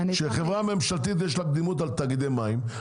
שחברה ממשלתית יש לה קדימות על תאגידי מים,